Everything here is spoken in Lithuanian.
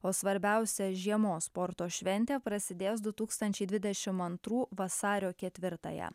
o svarbiausia žiemos sporto šventė prasidės du tūkstančiai dvidešimt antrų vasario ketvirtąją